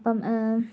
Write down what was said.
അപ്പം